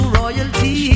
royalty